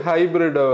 Hybrid